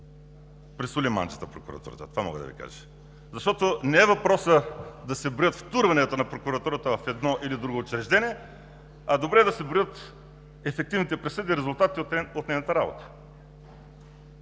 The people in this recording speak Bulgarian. пресоли манджата. Това мога да Ви кажа. Защото не е въпрос да се броят втурванията на Прокуратурата в едно или в друго учреждение, а е добре да се броят ефективните присъди – резултатите от нейната работа.